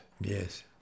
Yes